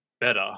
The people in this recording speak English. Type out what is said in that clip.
better